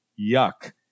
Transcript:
Yuck